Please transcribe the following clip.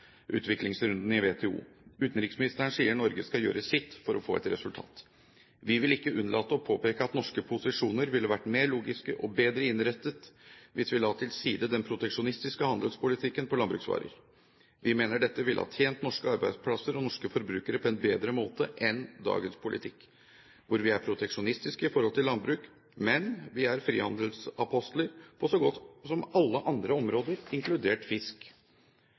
utviklingsrunden i WTO. Utenriksministeren sier at Norge skal gjøre sitt for å få et resultat. Vi vil ikke unnlate å påpeke at norske posisjoner ville ha vært mer logiske og bedre innrettet hvis vi la til side den proteksjonistiske handelspolitikken på landbruksvarer. Vi mener dette ville ha tjent norske arbeidsplasser og norske forbrukere på en bedre måte enn dagens politikk, hvor vi er proteksjonistiske i forhold til landbruk, mens vi er frihandelsapostler på så godt som alle andre områder, inkludert fisk.